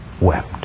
wept